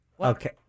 Okay